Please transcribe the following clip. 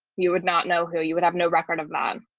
you would not know who you would have no record of. um